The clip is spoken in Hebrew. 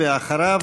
ואחריו,